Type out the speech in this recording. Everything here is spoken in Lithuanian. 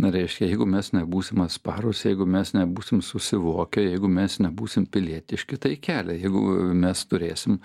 reiškia jeigu mes nebūsim atsparūs jeigu mes nebūsim susivokę jeigu mes nebūsim pilietiški tai kelia jeigu mes turėsim